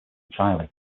entirely